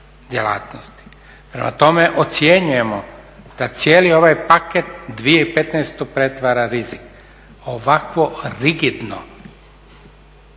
Prema tome, ocjenjujemo da cijeli ovaj paket 2015.pretvara u rizik ovako rigidno